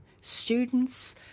students